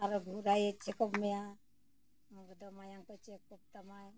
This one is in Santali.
ᱟᱨᱚ ᱜᱷᱩᱨᱮᱭ ᱪᱮᱠᱟᱯ ᱢᱮᱭᱟ ᱟᱫᱚ ᱢᱟᱭᱟᱝ ᱠᱚᱭ ᱪᱮᱠ ᱜᱚᱫ ᱛᱟᱢᱟᱭ